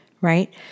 right